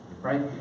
Right